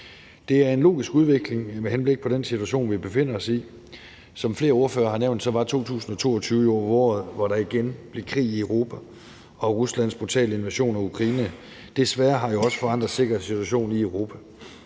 Det er en logisk udvikling med henblik på den situation, vi befinder os i. Som flere ordførere har nævnt, var 2022 jo året, hvor der igen blev krig i Europa og Ruslands brutale invasion af Ukraine desværre også har forandret sikkerhedssituationen i Europa.